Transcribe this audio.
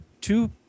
two